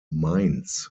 mainz